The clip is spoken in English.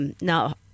now